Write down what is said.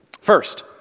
first